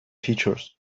features